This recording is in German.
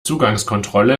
zugangskontrolle